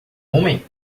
homem